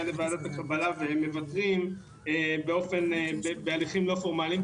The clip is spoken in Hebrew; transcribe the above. לוועדת הקבלה והם מוותרים בהליכים לא פורמליים.